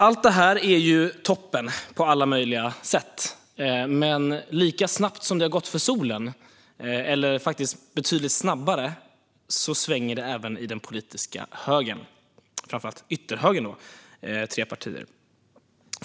Allt detta är toppen på alla möjliga sätt, men lika snabbt som det har gått för solen, eller faktiskt betydligt snabbare, svänger det i den politiska högern, framför allt i ytterhögern - tre partier.